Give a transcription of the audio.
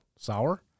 Sour